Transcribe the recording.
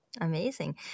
Amazing